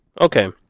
Okay